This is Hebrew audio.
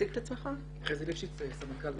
סמנכ"ל המשרד.